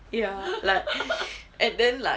ya like and then like